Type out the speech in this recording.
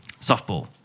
softball